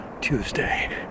Tuesday